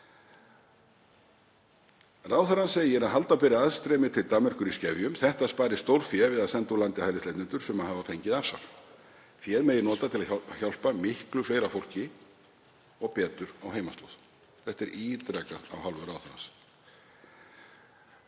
Ráðherrann segir að halda beri aðstreymi til Danmerkur í skefjum. Þetta spari stórfé við að senda úr landi hælisleitendur sem hafi fengið afsvar. Féð megi nota til að hjálpa miklu fleira fólki og betur á heimaslóð. Þetta er ítrekað af hálfu ráðherrans.